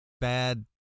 Bad